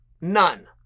none